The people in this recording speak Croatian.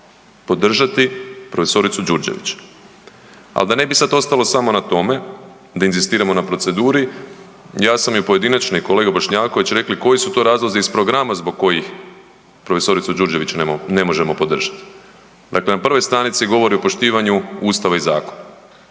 podržati prof. Đurđević. Ali da ne bi sad ostalo samo na tome da inzistiramo na proceduri, ja sam i u pojedinačnoj i kolega Bošnjaković rekli koji su to razlozi iz programa zbog kojih prof. Đurđević ne možemo podržati. Dakle, na prvoj stranici govori o poštivanju Ustava i zakona,